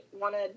wanted